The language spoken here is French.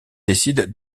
décide